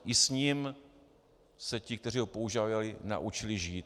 I s ním se ti, kteří ho používali, naučili žít.